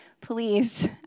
please